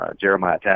Jeremiah